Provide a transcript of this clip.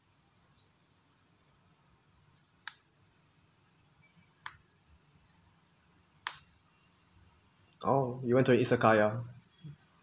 oh you went to an izakaya